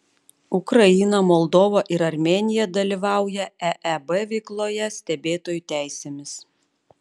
ukraina moldova ir armėnija dalyvauja eeb veikloje stebėtojų teisėmis